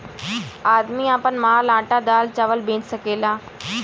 आदमी आपन माल आटा दाल चावल बेच सकेला